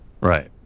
Right